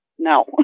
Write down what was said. No